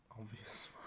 obvious